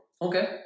Okay